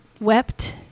wept